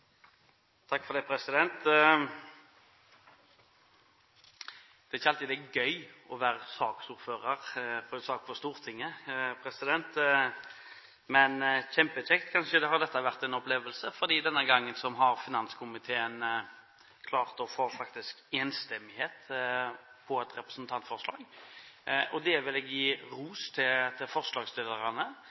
gøy å være saksordfører for en sak på Stortinget, men denne gangen har det vært en kjempekjekk opplevelse, for finanskomiteen har faktisk klart å få enstemmighet for et representantforslag. Der vil jeg gi ros til forslagsstillerne, og jeg vil gi ros til